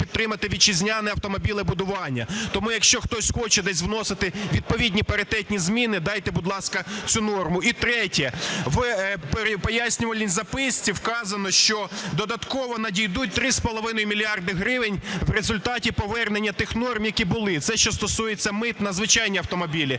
підтримати вітчизняне автомобілебудування. Тому, якщо хтось хоче десь вносити відповідні паритетні зміни, дайте, будь ласка, цю норму. І третє. У пояснювальній записці вказано, що додатково надійдуть 3,5 мільярди гривень в результаті повернення тих норм, які були. Це що стосується мит на звичайні автомобілі.